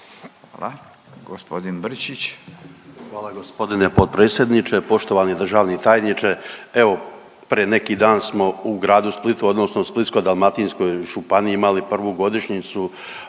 Luka (HDZ)** Hvala gospodine potpredsjedniče. Poštovani državni tajniče, evo prije neki dan smo u gradu Splitu odnosno Splitsko-dalmatinskoj županiji imali prvu godišnjicu